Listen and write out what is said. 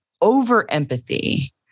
over-empathy